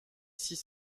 six